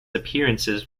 appearances